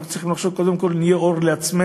אנחנו צריכים לחשוב קודם כול שנהיה אור לעצמנו,